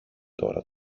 τώρα